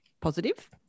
positive